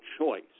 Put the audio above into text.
choice